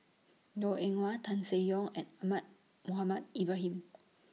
Goh Eng Wah Tan Seng Yong and Ahmad Mohamed Ibrahim